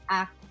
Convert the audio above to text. act